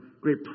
great